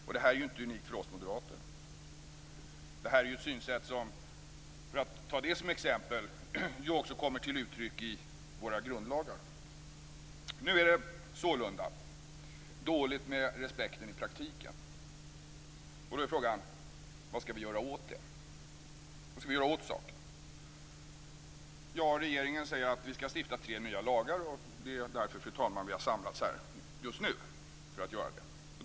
Och det här är inte unikt för oss moderater. Det är ju ett synsätt som, för att ta det som exempel, också kommer till uttryck i våra grundlagar. Nu är det sålunda dåligt med respekten i praktiken. Då är frågan: Vad skall vi göra åt saken? Regeringen säger att vi skall stifta tre nya lagar. Det är därför, fru talman, vi har samlats här just nu; för att göra detta.